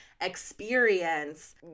experience